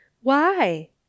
Why